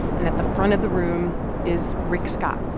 and at the front of the room is rick scott,